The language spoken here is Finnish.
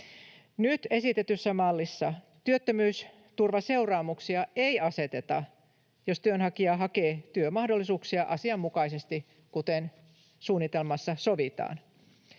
Nyt esitetyssä mallissa työttömyysturvaseuraamuksia ei aseteta, jos työnhakija hakee työmahdollisuuksia asianmukaisesti, kuten suunnitelmassa sovitaan.